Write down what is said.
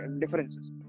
differences